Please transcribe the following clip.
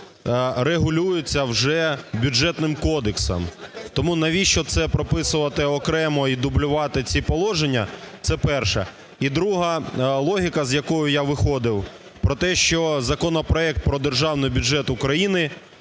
регулюються вже Бюджетним кодексом. Тому навіщо це прописувати окремо і дублювати ці положення. Це перше. І друге. Логіка, з якою я виходив про те, що законопроект про Державний бюджет України